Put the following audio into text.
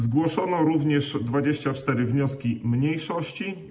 Zgłoszono również 24 wnioski mniejszości.